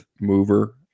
mover